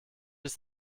ist